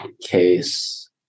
case